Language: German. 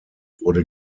wurde